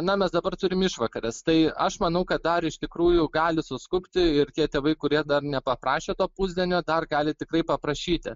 na mes dabar turim išvakares tai aš manau kad ar iš tikrųjų gali suskubti ir tie tėvai kurie dar nepaprašė to pusdienio dar gali tikrai paprašyti